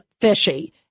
fishy